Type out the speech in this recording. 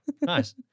Nice